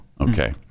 okay